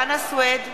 (קוראת בשמות חברי הכנסת) חנא סוייד,